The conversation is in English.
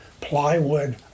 plywood